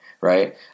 Right